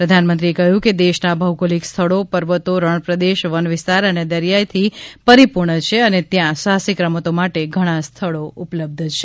પ્રધાનમંત્રી કહ્યું કે દેશના ભૌગોલિક સ્થળો પર્વતો રણ પ્રદેશ વન વિસ્તાર અને દરિયાથી પરિપૂર્ણ છે અને ત્યાં સાહસિક રમતો માટે ઘણા સ્થળો ઉપલબ્ધ છે